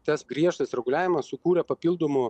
tas griežtas reguliavimas sukūrė papildomų